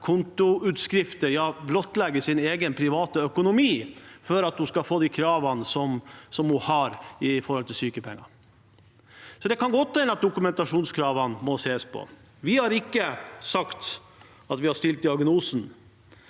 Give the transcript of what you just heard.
kontoutskrifter – ja, blottlegge sin egen private økonomi – når hun har de kravene hun har med tanke på sykepenger. Det kan godt hende at dokumentasjonskravene må ses på. Vi har ikke sagt at vi har stilt diagnosen.